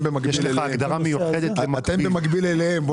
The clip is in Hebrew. במקביל אלינו יש לך הגדרה מיוחדת ל"מקביל".